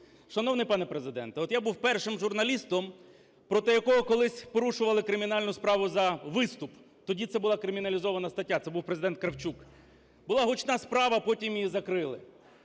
Шановний пане Президент, от я був першим журналістом, проти якого колись порушували кримінальну справу за виступ. Тоді це була криміналізована стаття. Це був Президент Кравчук. Була гучна справа, потім її закрили.